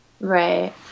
Right